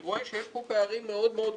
אני רואה שיש פה פערים מאוד מאוד גדולים,